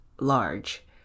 large